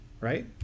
right